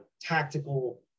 tactical